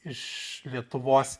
iš lietuvos